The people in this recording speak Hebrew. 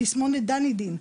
תסמונת דני דין,